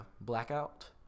Blackout